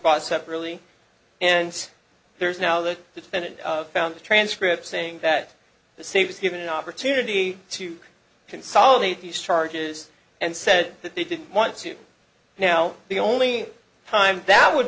bought separately and there's now the defendant found the transcript saying that the safe was given an opportunity to consolidate the charges and said that they didn't want to now the only time that would